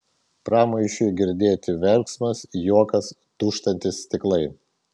pramaišiui girdėti verksmas juokas dūžtantys stiklai